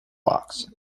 box